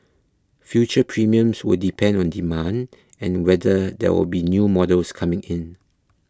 future premiums will depend on demand and whether there will be new models coming in